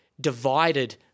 divided